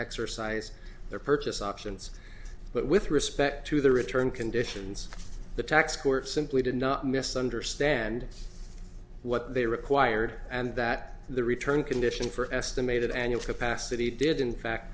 exercise their purchase options but with respect to the return conditions the tax court simply did not misunderstand what they required and that the return condition for estimated annual capacity did in fact